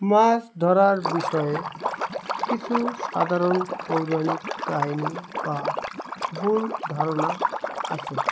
মাছ ধরার বিষয়ে কিছু সাধারণ পৌরাণিক কাহিনি বা ভুল ধারণা আছে